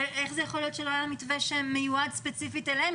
איך יכול להיות שלא היה מתווה שמיועד ספציפית אליהם,